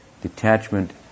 Detachment